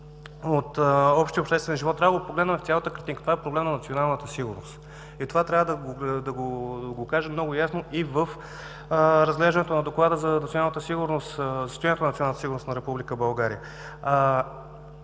от общия обществен живот – трябва да го погледнем в цялата картинка. Това е проблем на националната сигурност и трябва го кажем много ясно и в разглеждането на Доклада за състоянието на националната сигурност на Република България.